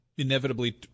Inevitably